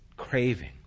craving